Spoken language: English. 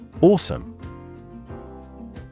Awesome